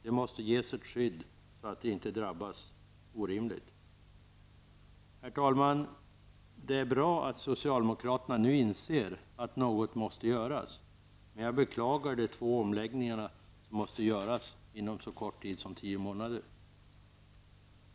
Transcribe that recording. De måste ges ett skydd så att de inte drabbas på ett orimligt sätt. Herr talman! Det är bra att socialdemokraterna nu inser att något måste göras. Men jag beklagar de två omläggningarna som måste göras inom så kort tid som tio månader.